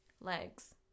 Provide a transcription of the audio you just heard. Legs